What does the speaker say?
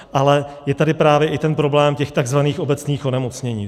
Ale je tady právě i ten problém těch takzvaných obecných onemocnění.